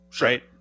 right